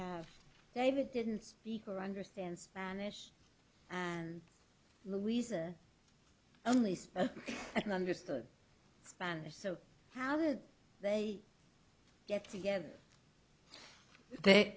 have david didn't speak or understand spanish and louisa only spoke and understood spanish so how did they get together they